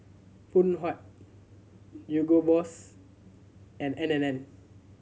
Phoon Huat Hugo Boss and N and N